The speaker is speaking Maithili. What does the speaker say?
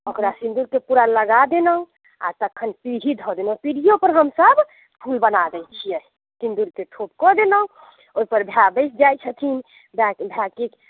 ओकरा सिंदूर पूरा लगा देलहुँ आ तखन पीढ़ी धऽ देलहुँ पीढ़ियो पर हमसब फूल बना दय छियै सिंदूरके ठोप कऽ देलहुँ ओहि पर भाय बैस जाइत छथिन भायके